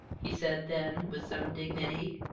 he said then, with some dignity.